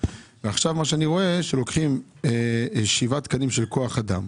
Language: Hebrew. ועכשיו אני רואה שלוקחים 7 תקנים של כוח אדם.